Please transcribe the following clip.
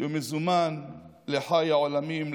שמזומן לחיי העולמים,